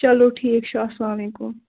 چلو ٹھیٖک چھُ اسلام وعلیکُم